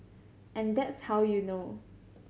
and that's how you know